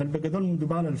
כי הוא לא נמצא לי מול העיניים,